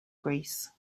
greece